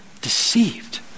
deceived